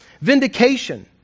Vindication